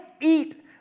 eat